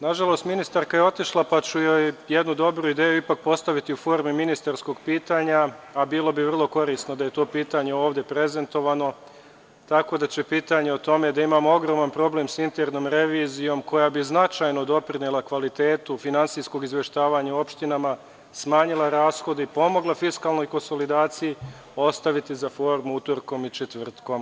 Nažalost, ministarka je otišla, pa ću joj jednu dobru ideju ipak postaviti u formi ministarskog pitanja, a bilo bi vrlo korisno da je to pitanje ovde prezentovano, tako da će pitanje o tome da imamo problem sa internom revizijom, koja bi značajno doprinela kvalitetu finansijskog izveštavanja u opštinama smanjila rashod i pomogla fiskalnoj konsolidaciji, ostaviti za formu utorkom i četvrtkom.